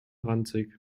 ranzig